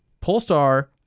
Polestar